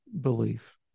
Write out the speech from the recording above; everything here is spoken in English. belief